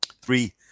Three